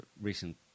recent